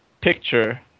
picture